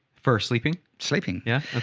first sleeping. sleeping. yeah.